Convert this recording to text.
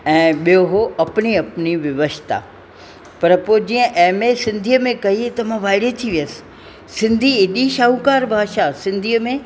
ऐं ॿियों हो अपनी अपनी विवशता पर पोइ जीअं ऐम ए सिंधीअ में कई त मां वाइड़ी थी वयसि सिंधी हेॾी शाहूकारु भाषा सिंधीअ में